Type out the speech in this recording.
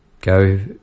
go